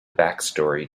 backstory